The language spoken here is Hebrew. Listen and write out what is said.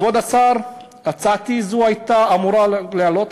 כבוד השר, הצעתי זו הייתה אמורה לעלות.